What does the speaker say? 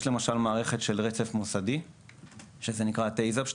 יש מערכת של רצף מוסדי שנקראת --- בה אתה